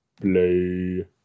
play